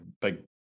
big